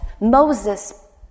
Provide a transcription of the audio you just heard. Moses